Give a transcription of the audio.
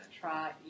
try